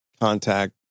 contact